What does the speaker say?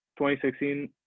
2016